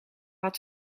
had